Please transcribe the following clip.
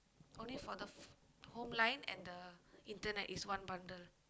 only for the f~ home line and the internet is one bundle